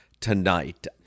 tonight